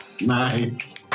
Nice